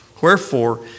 Wherefore